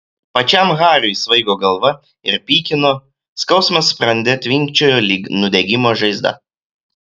pačiam hariui svaigo galva ir pykino skausmas sprande tvinkčiojo lyg nudegimo žaizda